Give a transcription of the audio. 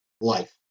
life